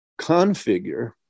configure